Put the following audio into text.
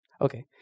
Okay